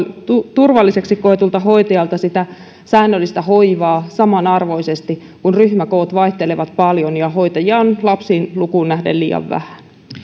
turvalliseksi koetulta hoitajalta säännöllistä hoivaa samanarvoisesti kun ryhmäkoot vaihtelevat paljon ja hoitajia on lapsilukuun nähden liian vähän